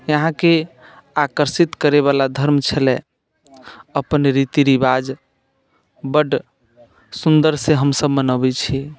यहाँके आकर्षित करयवला धर्म छलै अपन रीति रिवाज बड्ड सुन्दरसँ हमसभ मनबैत छियै